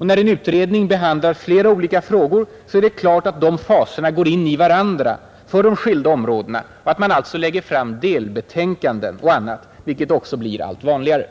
När en utredning behandlar flera olika frågor är det klart att de faserna går in i varandra för de skilda områdena, att man alltså lägger fram delbetänkanden och annat, vilket också blir allt vanligare.